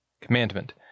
commandment